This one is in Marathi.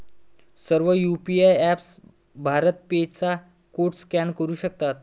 सर्व यू.पी.आय ऍपप्स भारत पे चा कोड स्कॅन करू शकतात